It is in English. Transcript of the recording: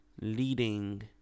leading